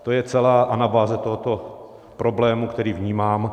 To je celá anabáze tohoto problému, který vnímám.